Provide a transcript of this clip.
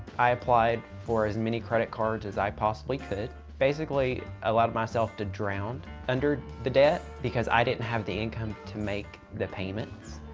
i applied for as many credit cards as i possibly could. basically allowed myself to drown under the debt because i didn't have the income to make the payments.